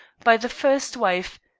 by the first wife,